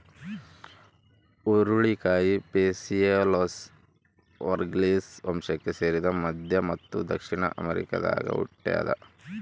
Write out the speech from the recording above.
ಹುರುಳಿಕಾಯಿ Phaseolus vulgaris ವಂಶಕ್ಕೆ ಸೇರಿದ ಮಧ್ಯ ಮತ್ತು ದಕ್ಷಿಣ ಅಮೆರಿಕಾದಾಗ ಹುಟ್ಯಾದ